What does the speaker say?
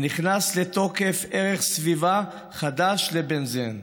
ונכנס לתוקף ערך סביבה חדש לבנזן.